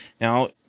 Now